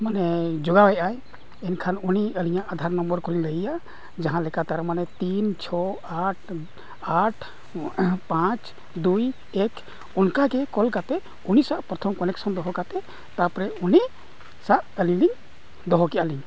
ᱢᱟᱱᱮ ᱡᱚᱲᱟᱣᱮᱫ ᱟᱭ ᱮᱱᱠᱷᱟᱱ ᱩᱱᱤ ᱟᱹᱞᱤᱧᱟᱜ ᱟᱫᱷᱟᱨ ᱱᱚᱢᱵᱚᱨ ᱠᱚᱧ ᱞᱟᱹᱭ ᱟᱭᱟ ᱡᱟᱦᱟᱸ ᱞᱮᱠᱟ ᱛᱟᱨᱢᱟᱱᱮ ᱛᱤᱱ ᱪᱷᱚ ᱟᱴ ᱟᱴ ᱯᱟᱸᱪ ᱫᱩᱭ ᱮᱠ ᱚᱱᱠᱟᱜᱮ ᱠᱚᱞ ᱠᱟᱛᱮᱫ ᱩᱱᱤ ᱥᱟᱣ ᱯᱨᱚᱛᱷᱚᱢ ᱠᱟᱱᱮᱠᱥᱚᱱ ᱫᱚᱦᱚ ᱠᱟᱛᱮᱫ ᱛᱟᱨᱯᱚᱨᱮ ᱩᱱᱤ ᱥᱟᱜ ᱟᱹᱞᱤᱧ ᱞᱤᱧ ᱫᱚᱦᱚ ᱠᱮᱜᱼᱟ ᱞᱤᱧ